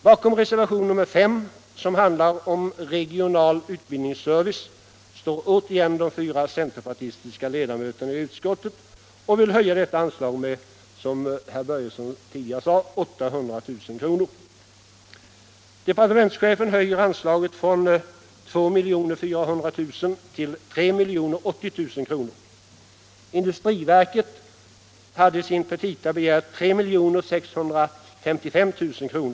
Bakom reservation nr 5, som handlar om regional utbildningsservice, står återigen de fyra centerpartistiska ledamöterna i utskottet. De vill höja detta anslag med, som herr Börjesson i Glömminge tidigare sade, 800 000 kr. Departementschefen föreslår att anslaget höjs från 2 400 000 till 3 080 000 kr. Industriverket hade i sina petita begärt 3 655 000 kr.